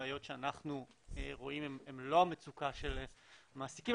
הבעיות שאנחנו רואים הם לא המצוקה של המעסיקים,